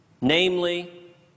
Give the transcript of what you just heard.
namely